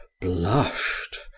blushed